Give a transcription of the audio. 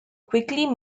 quickly